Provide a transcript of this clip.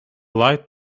light